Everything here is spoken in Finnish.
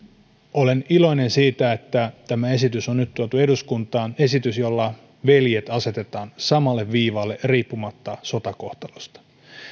olen iloinen siitä että tämä esitys on nyt tuotu eduskuntaan esitys jolla veljet asetetaan samalle viivalle riippumatta sotakohtalosta